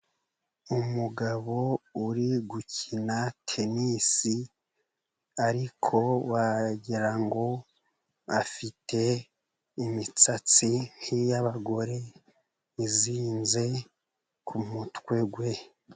Umugabo uri gukina tenisi, ariko wagira ngo afite imisatsi nk'iy'abagore, izinze ku kumutwe we.